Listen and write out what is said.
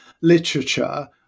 literature